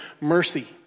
mercy